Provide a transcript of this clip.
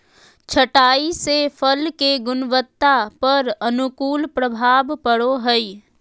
छंटाई से फल के गुणवत्ता पर अनुकूल प्रभाव पड़ो हइ